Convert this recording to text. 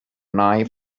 nine